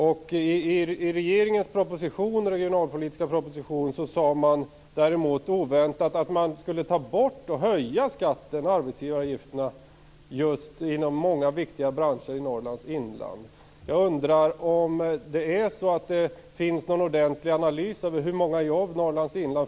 I regeringens regionalpolitiska proposition skrev man däremot oväntat att man skall ta bort denna nedsättning och höja arbetsgivaravgifterna inom många branscher som är viktiga just för Norrlands inland.